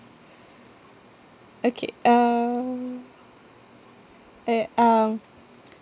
okay uh eh um